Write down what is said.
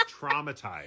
traumatized